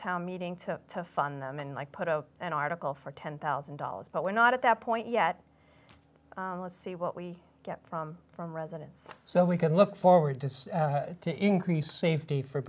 town meeting to fund them and i put an article for ten thousand dollars but we're not at that point yet let's see what we get from from residents so we can look forward to to increase safety for